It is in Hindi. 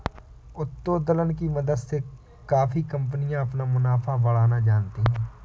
उत्तोलन की मदद से काफी कंपनियां अपना मुनाफा बढ़ाना जानती हैं